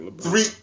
three